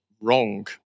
wrong